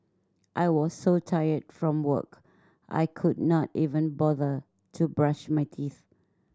I was so tired from work I could not even bother to brush my teeth